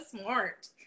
smart